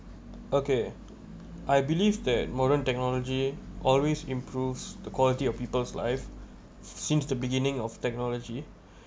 okay I believe that modern technology always improves the quality of people's life since the beginning of technology